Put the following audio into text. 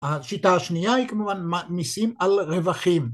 השיטה השנייה היא כמובן מסים על רווחים